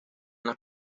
las